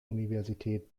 universität